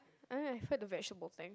I I've heard the vegetable thing